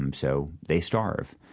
um so they starve.